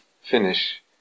finish